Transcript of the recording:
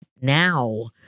now